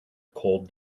cold